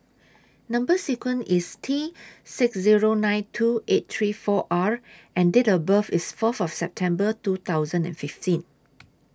Number sequence IS T six Zero nine two eight three four R and Date of birth IS Fourth of September two thousand and fifteen